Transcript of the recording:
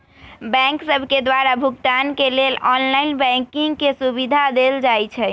bank सभके द्वारा भुगतान के लेल ऑनलाइन बैंकिंग के सुभिधा देल जाइ छै